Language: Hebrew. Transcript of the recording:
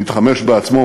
ומתחמש בעצמו,